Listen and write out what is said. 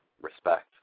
respect